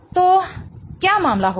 तो क्या मामला होगा